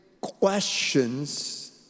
questions